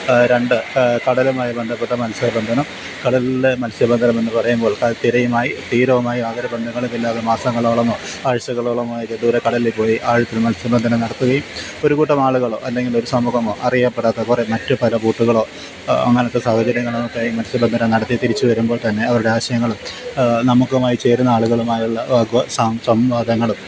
രണ്ട് കടലുമായി ബന്ധപ്പെട്ട മത്സ്യബന്ധനം കടലിൻ്റെ മത്സ്യബന്ധനമെന്ന് പറയുമ്പോൾ തിരയുമായി തീരവുമായി യാതൊരു ബന്ധങ്ങളുമില്ലാതെ മാസങ്ങളോളമോ ആഴ്ചകളോളാമോ ആയിട്ട് ദൂരെ കടലിൽ പോയി ആഴത്തിൽ മത്സ്യബന്ധനം നടത്തുകയും ഒരു കൂട്ടമാളുകളോ അല്ലെങ്കിൽ ഒരു സമൂഹമോ അറിയപ്പെടാത്ത കുറേ മറ്റു പല ബൂത്തുകളോ അങ്ങനത്തെ സാഹചര്യങ്ങളാവട്ടെ മത്സ്യബന്ധനം നടത്തി തിരിച്ചു വരുമ്പോൾ തന്നെ അവരുടെ ആശയങ്ങളും നമുക്കുമായി ചേരുന്ന ആളുകളുമായുള്ള സംവാദങ്ങളും